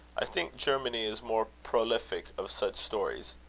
i think germany is more prolific of such stories.